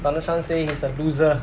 donald trump say he's a loser